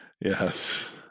Yes